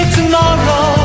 tomorrow